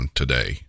today